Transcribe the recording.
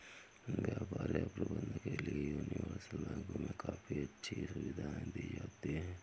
व्यापार या प्रबन्धन के लिये यूनिवर्सल बैंक मे काफी अच्छी सुविधायें दी जाती हैं